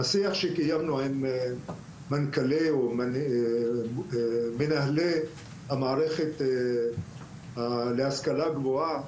בשיח שקיימנו עם מנכ"לי או מנהלי המערכת להשכלה גבוהה,